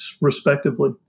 respectively